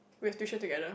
we have tuition together